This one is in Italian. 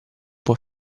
può